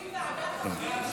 רוצים ועדת הכנסת.